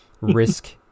risk